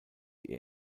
ihr